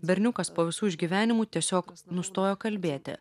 berniukas po visų išgyvenimų tiesiog nustojo kalbėti